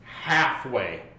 halfway